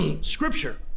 scripture